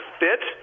fit